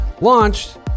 launched